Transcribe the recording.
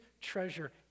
treasure